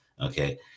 Okay